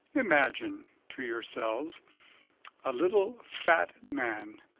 imagine to yourselves a little, fat man,